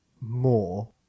more